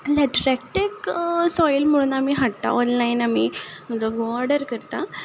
lateritic soil म्हणून आमी हाडटा ऑनलायन आमी म्हजो घोव ऑर्डर करता